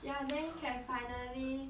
ya then can finally